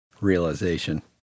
realization